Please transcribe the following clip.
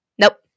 Nope